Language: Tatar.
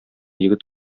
егет